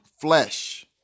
flesh